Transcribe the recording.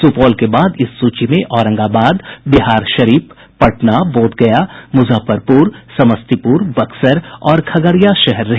सुपौल के बाद इस सूची में औरंगाबाद बिहारशरीफ पटना बोधगया मुजफ्फरपुर समस्तीपुर बक्सर और खगड़िया शहर रहे